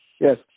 Yes